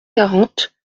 quarante